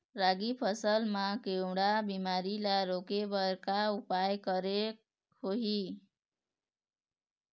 रागी फसल मा केवड़ा बीमारी ला रोके बर का उपाय करेक होही?